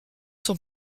son